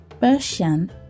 Persian